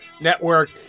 Network